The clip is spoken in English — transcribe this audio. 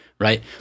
Right